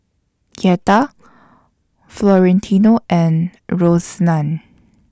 Yetta Florentino and Roseanna